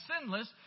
sinless